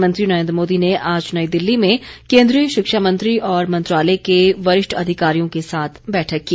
प्रधानमंत्री नरेन्द्र मोदी ने आज नई दिल्ली में केन्द्रीय शिक्षा मंत्री और मंत्रालय के वरिष्ठ अधिकारियों के साथ बैठक की